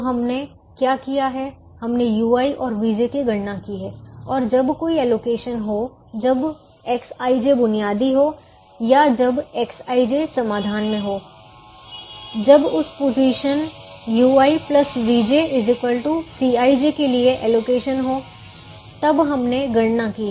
तो हमने क्या किया है हमने ui और vj की गणना की है और जब कोई एलोकेशन हो जब Xij बुनियादी हो या जब Xij समाधान में हो जब उस पोजीशन ui vj Cij के लिए एलोकेशन हो तब हमने गणना की है